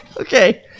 Okay